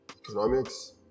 economics